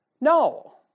No